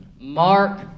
Mark